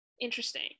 interesting